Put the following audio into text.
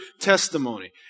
testimony